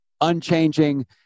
unchanging